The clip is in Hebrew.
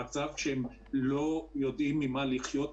במצב שהם לא יודעים ממה לחיות,